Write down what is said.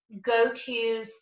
go-to